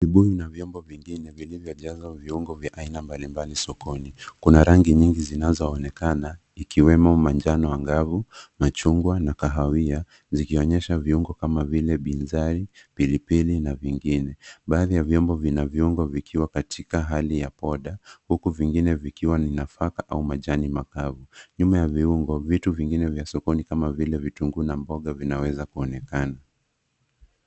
Vibuyu na vyombo vingine vilivyojaza viungo vya aina mbalimbali sokoni. Kuna rangi nyingi zinazoonekana, ikiwemo manjano angavu, machungwa, na kahawia, zikionyesha viungo kama vile binzai. pilipili, na vingine. Baadhi ya vyombo vina viungo vikiwa katika hali ya poda, huku vingine vikiwa ni nafaka au majani makavu. Nyuma ya viungo. vitu vingine vya sokoni kama vile vitunguu na mboga vinaweza kuonekana.